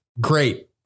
great